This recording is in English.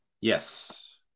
Yes